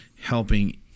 helping